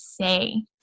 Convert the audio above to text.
say